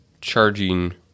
charging